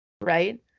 right